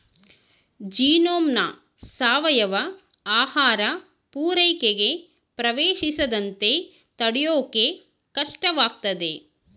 ಜೀನೋಮ್ನ ಸಾವಯವ ಆಹಾರ ಪೂರೈಕೆಗೆ ಪ್ರವೇಶಿಸದಂತೆ ತಡ್ಯೋಕೆ ಕಷ್ಟವಾಗ್ತದೆ